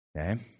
Okay